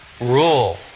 rule